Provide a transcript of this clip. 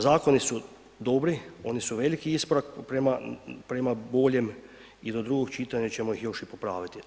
Zakoni su dobri, oni su veliki iskorak prema boljem i do drugog čitanja ćemo ih još i popraviti.